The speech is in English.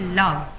love